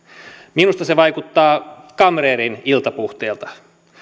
minusta se vaikuttaa kamreerin iltapuhteelta